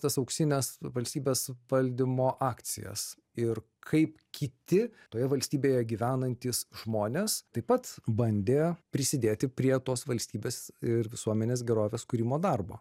tas auksines valstybės valdymo akcijas ir kaip kiti toje valstybėje gyvenantys žmonės taip pat bandė prisidėti prie tos valstybės ir visuomenės gerovės kūrimo darbo